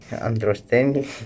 understanding